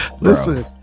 Listen